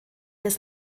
des